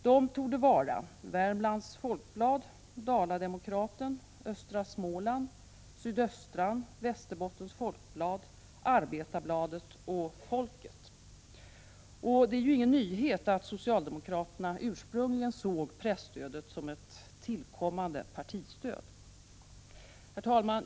De torde vara Värmlands Folkblad, Dala-Demokraten, Östra Småland, Sydöstran, Västerbottens Folkblad, Arbetarbladet och Folket. Det är ju ingen nyhet att socialdemokraterna ursprungligen såg presstödet som ett tillkommande partistöd. Herr talman!